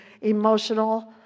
emotional